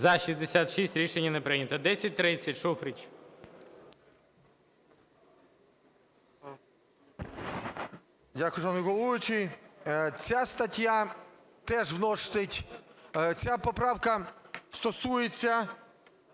За-66 Рішення не прийнято. 1030, Шуфрич.